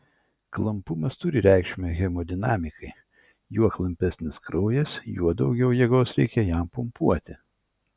klampumas turi reikšmę hemodinamikai juo klampesnis kraujas juo daugiau jėgos reikia jam pumpuoti